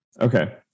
Okay